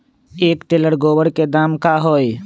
एक टेलर गोबर के दाम का होई?